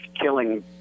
killing